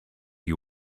you